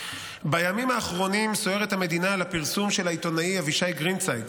בימים האחרונים סוערת המדינה על פרסום של העיתונאי אבישי גרינצייג